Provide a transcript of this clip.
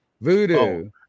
voodoo